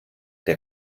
der